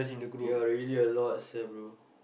ya really a lot sia bro